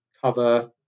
cover